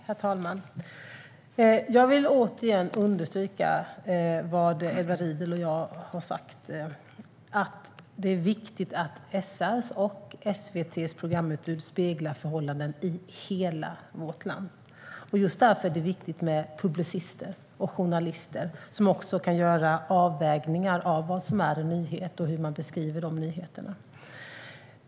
Herr talman! Jag vill återigen understryka vad Edward Riedl och jag har sagt: Det är viktigt att SR:s och SVT:s programutbud speglar förhållanden i hela vårt land. Just därför är det viktigt med publicister och journalister som kan göra avvägningar av vad som är en nyhet och hur man ska beskriva de nyheterna.